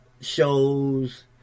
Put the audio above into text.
shows